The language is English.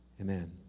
Amen